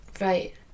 right